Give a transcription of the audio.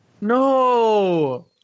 No